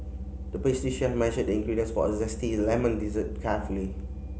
the pastry chef measured the ingredients for a zesty lemon dessert carefully